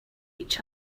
each